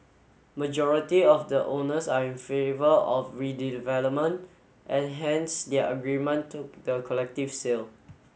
majority of the owners are in favour of redevelopment and hence their agreement to the collective sale